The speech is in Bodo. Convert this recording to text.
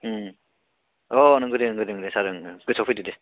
अ नोंगोदे नोंगोदे सार नोंगो गोसोआव फैदो दे